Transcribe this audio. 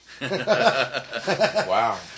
Wow